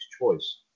Choice